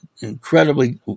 incredibly